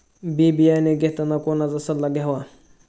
बी बियाणे घेताना कोणाचा सल्ला घ्यावा?